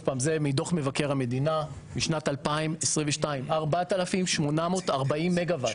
מדוח מבקר המדינה משנת 2022 צריך 4,840 מגה ואט,